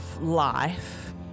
Life